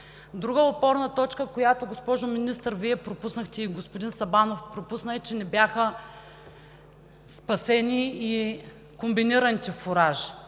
Друга опорна точка, която, госпожо Министър, Вие и господин Сабанов пропуснахте, е, че не бяха спасени и комбинираните фуражи.